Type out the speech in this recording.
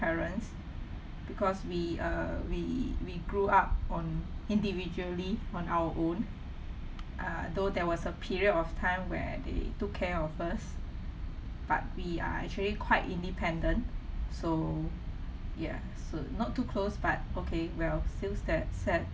because we uh we we grew up on individually on our own uh though there was a period of time where they took care of us but we are actually quite independent so ya so not too close but okay well since that's said